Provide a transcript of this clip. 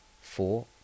Four